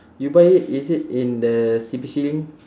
you buy it is it in the C_B_C link